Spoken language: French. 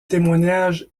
témoignage